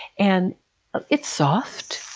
and it's soft,